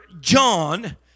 John